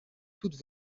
toutes